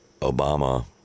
Obama